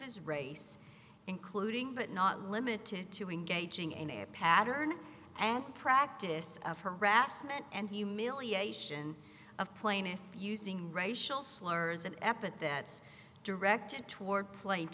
his race including but not limited to engaging in a pattern and practice of harassment and humiliation of plaintiff using racial slurs and epithets directed toward pla